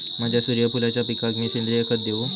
माझ्या सूर्यफुलाच्या पिकाक मी सेंद्रिय खत देवू?